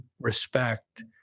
respect